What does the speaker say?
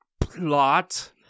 plot